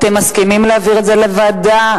אתם מסכימים להעביר את הנושא לוועדה?